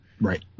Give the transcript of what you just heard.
Right